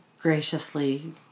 graciously